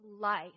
life